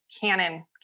Canon